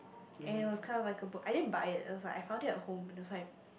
and it was kind of like a book I din buy it it was like I found it at home it was like